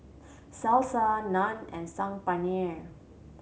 Salsa Naan and Saag Paneer